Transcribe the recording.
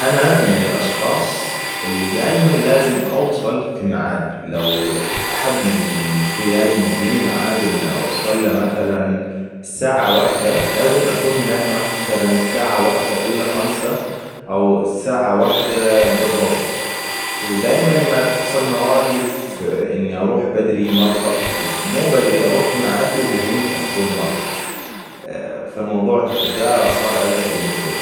أنا من الأشخاص اللي دايماً لازم اوصل في معادي لوأح - أحد من اخوياي مديني معاد إني أوصل له مثلاً ساعة وحدة لازم اكون هناك مثلاً الساعة واحدة إلا خمسة او الساعة واحدة بالظبط ودايماً ما تحصل مواقف إني أروح بدري مرة ومو بدري أروح في معادي وهم يتأخرون مره. ا فالموضوع ذا صار عقدة بالنسبة لي